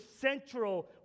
central